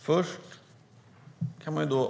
Fru talman!